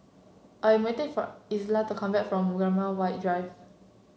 I waiting for Isla to come back from Graham White Drive